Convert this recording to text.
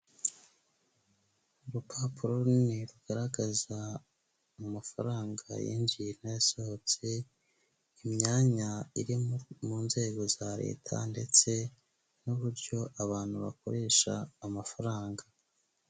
Urupapuro runini rugaragaza amafaranga yinjiye n'ayasohotse, imyanya iri mu nzego za leta ndetse n'uburyo abantu bakoresha amafaranga.